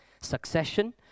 succession